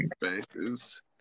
faces